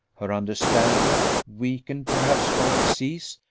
her understanding, weakened perhaps by disease,